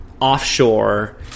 offshore